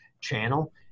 channel